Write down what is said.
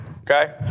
Okay